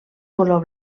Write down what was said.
color